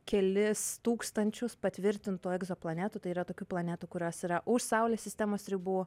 kelis tūkstančius patvirtintų egzoplanetų tai yra tokių planetų kurios yra už saulės sistemos ribų